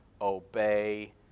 obey